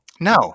No